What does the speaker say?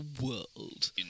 world